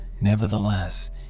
nevertheless